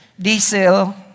diesel